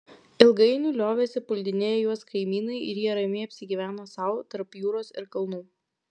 ilgainiui liovėsi puldinėję juos kaimynai ir jie ramiai apsigyveno sau tarp jūros ir kalnų